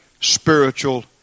spiritual